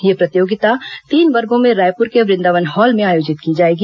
यह प्रतियोगिता तीन वर्गो में रायपुर के वृदावन हॉल में आयोजित की जाएगी